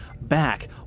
back